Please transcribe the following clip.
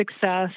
success